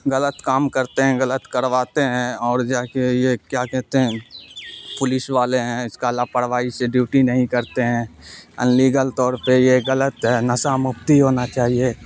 غلط کام کرتے ہیں غلط کرواتے ہیں اور جا کے یہ کیا کہتے ہیں پولیس والے ہیں اس کا لاپرواہی سے ڈیوٹی نہیں کرتے ہیں ان لیگل طور پہ یہ غلط ہے نشہ مکتی ہونا چاہیے